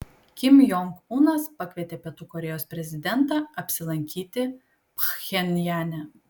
kim jong unas pakvietė pietų korėjos prezidentą apsilankyti pchenjane